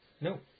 No